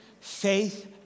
Faith